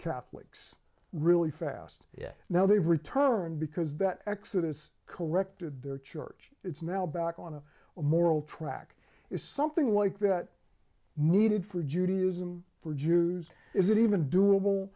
catholics really fast yes now they return because that accidents corrected their church it's now back on a moral track is something like that needed for judaism for jews is it even doable